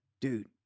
dude